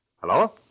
Hello